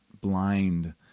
blind